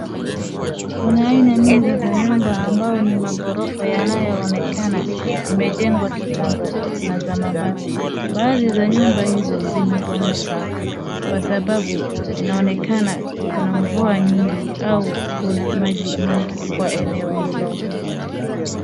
Kuna aina mingi za nyumba ambao ni maghorofa yanayoonekana imejengwa kitambo na za mabati. Baadhi ya nyumba hizo zimebomoka kwa sababu inaonekana kuna mvua nyingi au kuna maji mengi kwa eneo hilo.